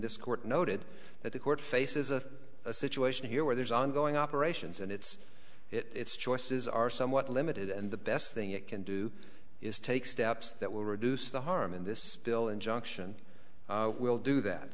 this court noted that the court faces a situation here where there's ongoing operations and it's it's choices are somewhat limited and the best thing it can do is take steps that will reduce the harm in this bill injunction will do that